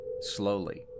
Slowly